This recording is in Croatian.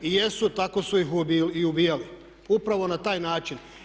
I jesu, tako su ih i ubijali upravo na taj način.